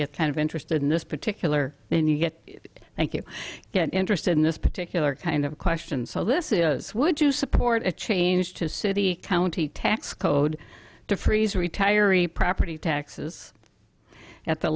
you're kind of interested in this particular and you get thank you get interested in this particular kind of question so this is would you support a change to city county tax code to freeze retiree property taxes at the